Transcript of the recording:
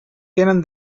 tenen